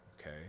okay